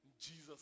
Jesus